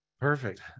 Perfect